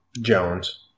Jones